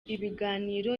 ibiganiro